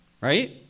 right